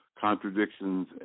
contradictions